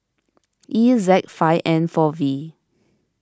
E Z five N four V